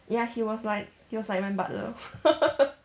ya he was like he was like my butler